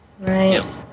Right